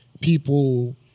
people